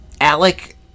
Alec